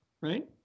right